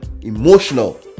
emotional